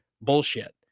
bullshit